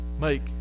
make